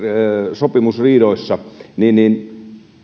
sopimusriidoissa niin niin